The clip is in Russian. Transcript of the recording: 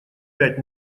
пять